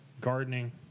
gardening